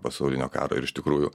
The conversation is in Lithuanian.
pasaulinio karo ir iš tikrųjų